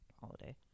holiday